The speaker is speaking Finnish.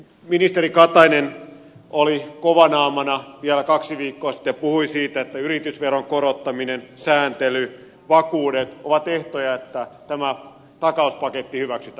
ministeri katainen oli kovanaamana vielä kaksi viikkoa sitten puhui siitä että yritysveron korottaminen sääntely vakuudet ovat ehtoja että tämä takauspaketti hyväksytään